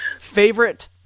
Favorite